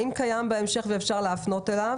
אם קיים בהמשך ואפשר להפנות אליו,